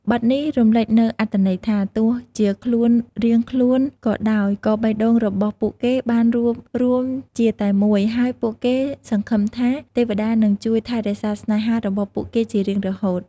បទនេះរំលេចនូវអត្ថន័យថា ទោះជាខ្លួនរៀងខ្លួនក៏ដោយ ក៏បេះដូងរបស់ពួកគេបានរួបរួមជាតែមួយ ហើយពួកគេសង្ឃឹមថា ទេវតានឹងជួយថែរក្សាស្នេហារបស់ពួកគេជារៀងរហូត។